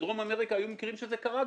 בדרום אמריקה היו מקרים שזה גם קרה,